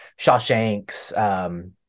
Shawshanks